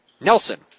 Nelson